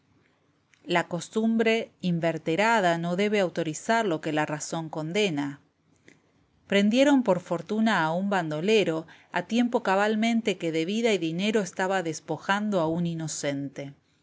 cual fábula lv el juez y el bandolero la costumbre inveterada no debe autorizar lo que la razón condena prendieron por fortuna a un bandolero a tiempo cabalmente que de vida y dinero estaba despojando a un inocente